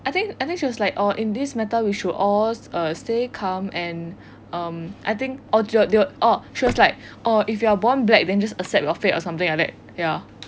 I think I think she was like oh in this matter we should all err stay calm and um I think all oh she was like oh if you were born black then just accept your fate or something like that ya